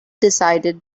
decided